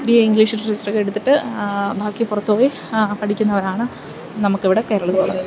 B A English ലിറ്ററേച്ചറൊക്കെ എടുത്തിട്ട് ബാക്കി പുറത്തു പോയി പഠിക്കുന്നവരാണ് നമുക്കിവിടെ കേരളത്തിലുള്ളത്